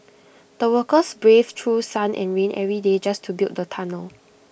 the workers braved through sun and rain every day just to build the tunnel